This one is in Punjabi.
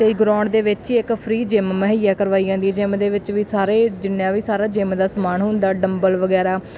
ਅਤੇ ਗਰਾਉਂਡ ਦੇ ਵਿੱਚ ਹੀ ਇੱਕ ਫਰੀ ਜਿੰਮ ਮੁਹੱਈਆ ਕਰਵਾਈ ਜਾਂਦੀ ਆ ਜਿੰਮ ਦੇ ਵਿੱਚ ਵੀ ਸਾਰੇ ਜਿੰਨਾ ਵੀ ਸਾਰਾ ਜਿੰਮ ਦਾ ਸਮਾਨ ਹੁੰਦਾ ਡੰਬਲ ਵਗੈਰਾ